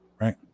right